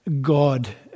God